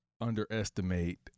underestimate